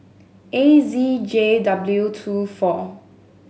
A Z J W two four